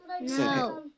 No